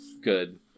good